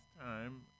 time